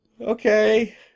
okay